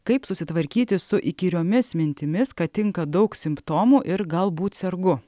kaip susitvarkyti su įkyriomis mintimis kad tinka daug simptomų ir galbūt sergu